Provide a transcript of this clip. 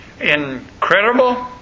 incredible